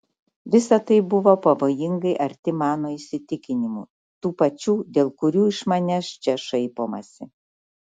visa tai buvo pavojingai arti mano įsitikinimų tų pačių dėl kurių iš manęs čia šaipomasi